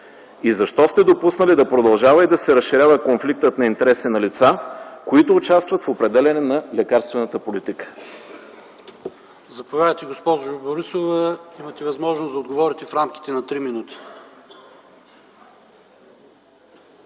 Защо сте допуснали да продължава и да се разширява конфликтът на интереси на лица, които участват в определянето на лекарствената политика?